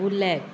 bullet